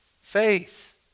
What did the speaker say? faith